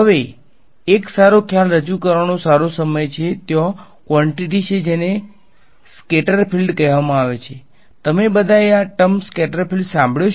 હવે એક સારો ખ્યાલ રજૂ કરવાનો સારો સમય છે ત્યાં કવોંટીટી છેજેને સ્કેટરફિલ્ડ કહેવામાં આવે છે તમે બધાએ આ ટર્મ સ્કેટર ફિલ્ડ સાંભળ્યો છે